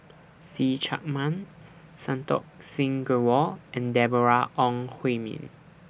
See Chak Mun Santokh Singh Grewal and Deborah Ong Hui Min